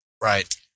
Right